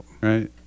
Right